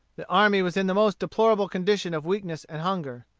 the army was in the most deplorable condition of weakness and hunger.